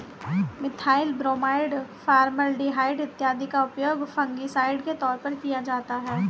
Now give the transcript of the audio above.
methyl bromide, formaldehyde इत्यादि का उपयोग फंगिसाइड के तौर पर किया जाता है